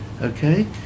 Okay